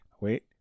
wait